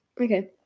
Okay